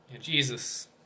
Jesus